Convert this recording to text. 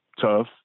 tough